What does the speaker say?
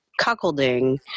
cuckolding